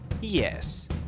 Yes